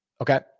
Okay